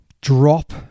drop